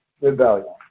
rebellion